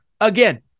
Again